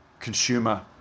consumer